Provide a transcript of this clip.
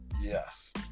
Yes